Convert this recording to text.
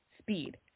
Speed